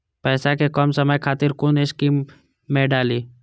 पैसा कै कम समय खातिर कुन स्कीम मैं डाली?